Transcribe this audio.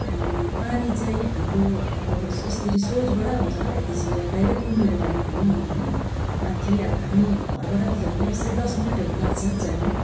पानी चाहिँ हाम्रो अब यसरी सोर्सबाटै आउँछ त्यसरी अब डाइरेक्ट उम्रेको पानी भनौँ न होइन माथि अब हामी घरबाट चाहिँ झन्डै त्यस्तै दस मिनटहरू लाग्छ जान